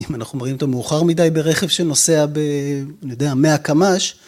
אם אנחנו מראים אותו מאוחר מדי ברכב שנוסע ב... אני יודע, מאה קמ"ש.